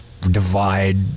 divide